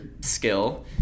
skill